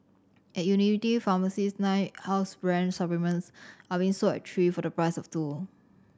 at unity pharmacies nine house brand supplements are being sold at three for the price of two